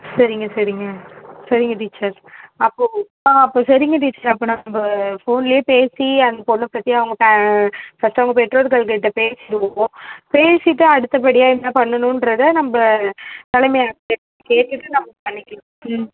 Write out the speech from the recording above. சரிங்க சரிங்க சரிங்க டீச்சர் அப்போது ஆ அப்போது சரிங்க டீச்சர் அப்போது நம்ம ஃபோன்லேயே பேசி அந்த பொண்ணை பற்றி அவங்க பே ஃபஸ்ட்டு அவங்க பெற்றோர்கள் கிட்டே பேசிவிடுவோம் பேசிவிட்டு அடுத்தபடியாக என்ன பண்ணணுங்றத நம்ம தலைமை ஆசிரியர் கிட்டே கேட்டுவிட்டு நம்ம பண்ணிக்கிடுவோம் ம்